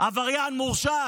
עבריין מורשע